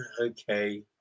okay